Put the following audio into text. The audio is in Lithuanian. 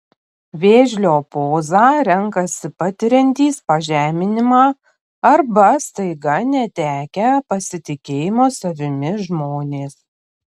vėžlio pozą renkasi patiriantys pažeminimą arba staiga netekę pasitikėjimo savimi žmonės